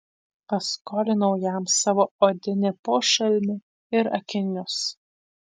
paskolinau jam savo odinį pošalmį ir akinius